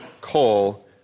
coal